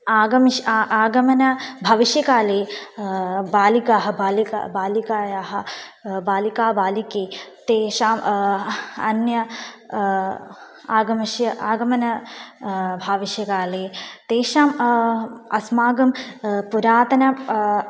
आगमिष्यति आगमन भविष्यकाले बालिकाः बालिकाः बालिकायाः बालिकाः बालिके तेषाम् अन्यत् आगमिष्यति आगमन भविष्यत्काले तेषाम् अस्माकं पुरातन